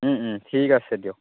ঠিক আছে দিয়ক